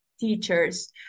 teachers